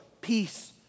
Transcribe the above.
peace